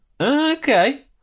Okay